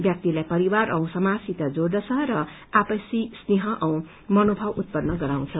व्यक्तिलाई परिवार औ समाजसित जोड़दछ र आपसी स्नेह औ मनोभाव उत्पन्न गराउँदछ